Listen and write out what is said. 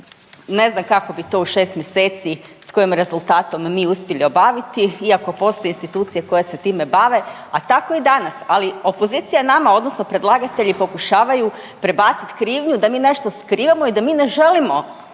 ne znam kako bi to u 6 mjeseci, s kojim rezultatom mi uspjeli obaviti iako postoje institucije koje se time bave. A tako i danas, ali opozicija nama odnosno predlagatelji pokušavaju prebacit krivnju da mi nešto skrivamo i da mi ne želimo